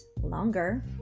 longer